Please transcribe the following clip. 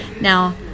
Now